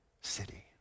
city